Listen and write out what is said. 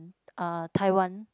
uh Tai-wan